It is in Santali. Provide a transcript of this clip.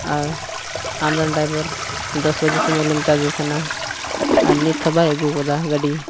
ᱟᱨ ᱟᱢᱨᱮᱱ ᱰᱟᱭᱵᱷᱟᱨ ᱫᱚᱥ ᱵᱟᱡᱮ ᱥᱚᱢᱚᱭ ᱞᱮ ᱢᱮᱛᱟ ᱫᱮ ᱛᱟᱦᱮᱱᱟ ᱟᱨ ᱱᱤᱛ ᱦᱚᱸ ᱵᱟᱭ ᱟᱹᱜᱩ ᱟᱠᱟᱫᱟ ᱜᱟᱹᱰᱤ